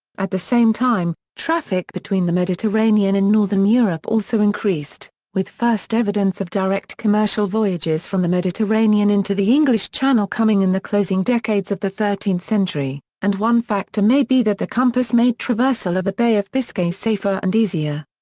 at the same time, traffic between the mediterranean and northern europe also increased, with first evidence of direct commercial voyages from the mediterranean into the english channel coming in the closing decades of the thirteenth century, and one factor may be that the compass made traversal of the bay of biscay safer and easier.